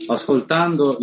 Ascoltando